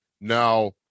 Now